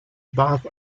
bath